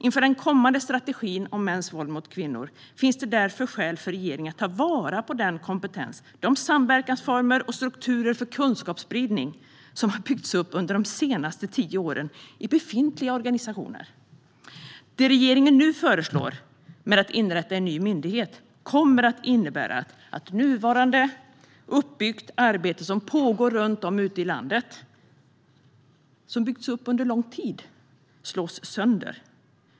Inför den kommande strategin mot mäns våld mot kvinnor finns det därför skäl för regeringen att ta vara på den kompetens, de samverkansformer och strukturer för kunskapsspridning som har byggts upp i befintliga organisationer under de senaste tio åren. Det regeringen nu föreslår om att inrätta en ny myndighet kommer att innebära att det arbete som byggts upp under lång tid och som pågår runt om ute i landet slås sönder.